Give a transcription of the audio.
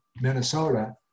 Minnesota